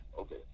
Okay